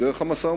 בדרך המשא-ומתן.